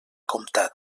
comptat